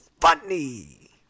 funny